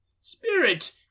Spirit